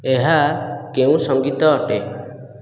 ଏହା କେଉଁ ସଙ୍ଗୀତ ଅଟେ